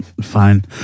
fine